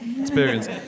experience